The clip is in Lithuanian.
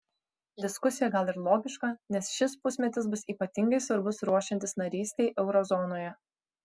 diskusija gal ir logiška nes šis pusmetis bus ypatingai svarbus ruošiantis narystei euro zonoje